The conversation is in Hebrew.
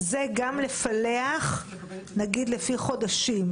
לפי חודשים,